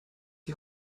die